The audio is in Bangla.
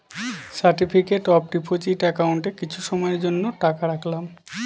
সার্টিফিকেট অফ ডিপোজিট একাউন্টে কিছু সময়ের জন্য টাকা রাখলাম